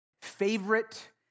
favorite